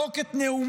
בדוק את נאומיי,